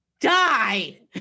Die